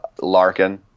Larkin